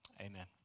amen